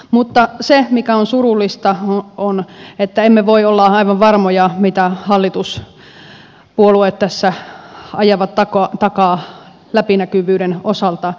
mutta se on surullista että emme voi olla aivan varmoja mitä hallituspuolueet tässä ajavat takaa läpinäkyvyyden osalta